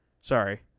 sorry